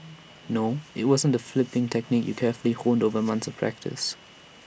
no IT wasn't the flipping technique you carefully honed over months of practice